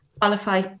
qualify